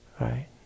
right